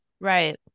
Right